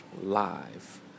live